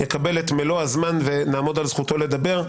יקבל את מלוא הזמן ונעמוד על זכותו לדבר,